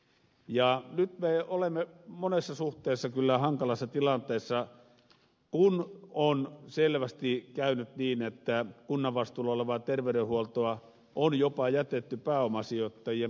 nyt me olemme monessa suhteessa kyllä hankalassa tilanteessa kun on selvästi käynyt niin että kunnan vastuulla olevaa terveydenhuoltoa on jopa jätetty pääomasijoittajien pörssiyhtiöiden varaan